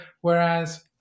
Whereas